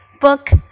Book